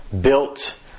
built